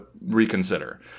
reconsider